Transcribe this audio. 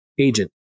agent